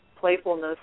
playfulness